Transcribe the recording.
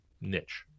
niche